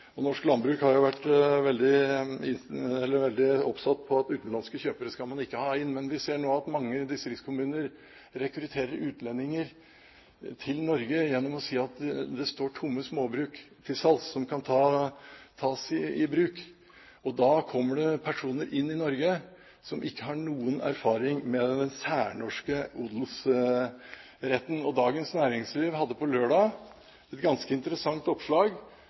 skal man ikke ha inn. Men vi ser nå at mange distriktskommuner rekrutterer utlendinger til Norge gjennom å si at det står tomme småbruk til salgs som kan tas i bruk. Da kommer det personer inn i Norge som ikke har noen erfaring med den særnorske odelsretten. Dagens Næringsliv hadde et ganske interessant tosiders oppslag,